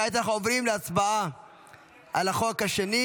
כעת אנחנו עוברים להצבעה על החוק השני.